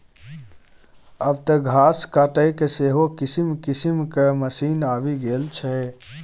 आब तँ घास काटयके सेहो किसिम किसिमक मशीन आबि गेल छै